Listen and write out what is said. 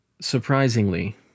Surprisingly